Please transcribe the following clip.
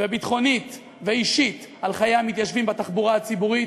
ביטחונית ואישית לחיי המתיישבים בתחבורה הציבורית.